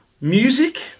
music